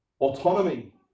Autonomy